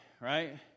right